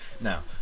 Now